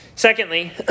Secondly